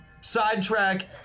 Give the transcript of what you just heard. Sidetrack